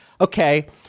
okay